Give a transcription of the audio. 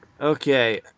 Okay